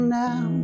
now